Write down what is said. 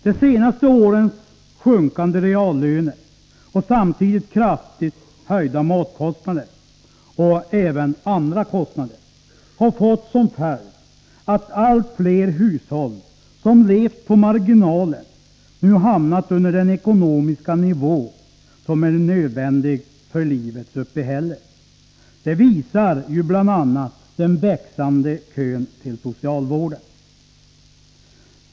De senaste årens sjunkande reallöner och samtidigt kraftigt höjda matkostnader och andra kostnader har fått som följd att allt fler hushåll som levt på marginalen nu har hamnat under den ekonomiska nivå som är nödvändig för livets uppehälle. Det visar bl.a. den växande kön till socialvården.